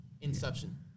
inception